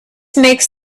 makes